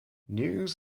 news